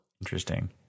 interesting